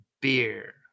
beer